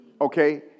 Okay